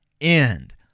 end